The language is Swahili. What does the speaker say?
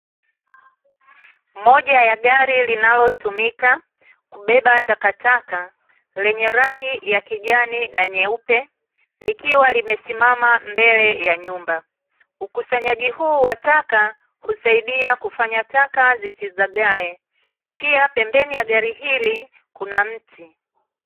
Moja ya gari linalotumika kubeba takataka, lenye rangi ya kijani na nyeupe, likiwa limesimama mbele ya nyumba. Ukusanyaji huu wa taka, husaidia kufanya taka zisizagae. Pia pembeni ya gari hili kuna mti.